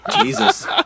Jesus